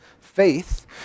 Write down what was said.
faith